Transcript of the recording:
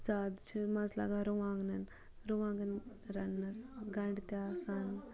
زیادٕ چھُ مَزٕ لَگان رُوانٛگنَن رُوانٛگَن رَننَس گَنٛڈٕ تہٕ آسان